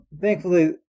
thankfully